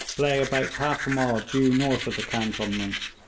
lay about half a mile due north of the cantonments,